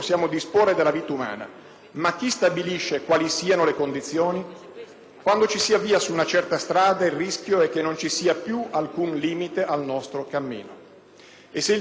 Ma chi stabilisce quali siano le condizioni? Quando ci si avvia su una certa strada il rischio è che non ci sia più alcun limite al nostro cammino. E se il discrimine sarà il consenso